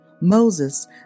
Moses